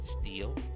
steel